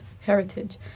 heritage